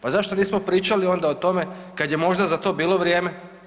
Pa zašto nismo pričali onda o tome kad je možda za to bilo vrijeme?